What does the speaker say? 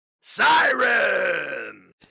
Siren